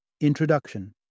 Introduction